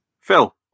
phil